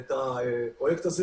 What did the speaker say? את הפרויקט הזה.